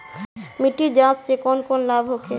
मिट्टी जाँच से कौन कौनलाभ होखे?